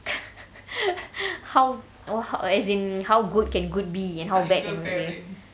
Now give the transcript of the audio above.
how what how as in how good can good be and how bad can bad be